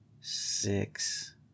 six